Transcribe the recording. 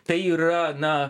tai yra na